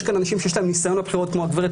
יש כאן אנשים שיש להם ניסיון בבחירות כמו הגברת